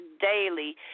daily